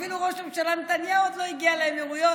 אפילו ראש הממשלה נתניהו לא הגיע לאמירויות,